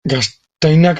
gaztainak